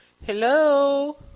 hello